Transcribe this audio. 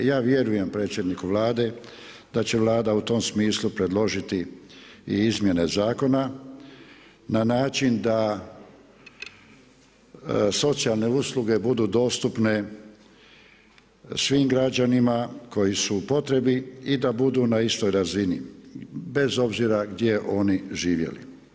Ja vjerujem predsjedniku Vlade da će Vlada u tom smislu predložiti i izmjene zakona na način da socijalne usluge budu dostupne svim građanima koji su u potrebi i da budu na istoj razini, bez obzira gdje oni živjeli.